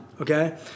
Okay